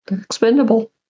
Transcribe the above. expendable